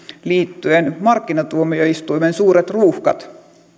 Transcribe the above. liittyneet markkinatuomioistuimen suuret ruuhkat